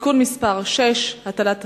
(תיקון מס' 6) (הטלת תפקידים),